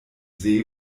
see